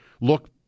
look